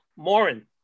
Morin